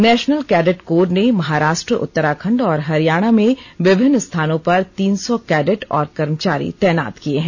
national cadet corps ने महाराष्ट्र उत्तराखंड और हरियाणा में विभिन्न स्थानों पर तीन सौ कैंडेट और कर्मचारी तैनात किए हैं